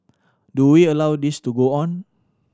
do we allow this to go on